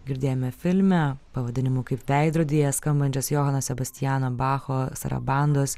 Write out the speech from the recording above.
girdėjome filme pavadinimu kaip veidrodyje skambančias johano sebastiano bacho sarabandos